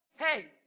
Hey